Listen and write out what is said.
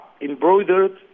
embroidered